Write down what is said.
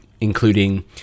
including